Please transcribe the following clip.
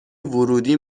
ورودی